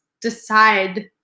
decide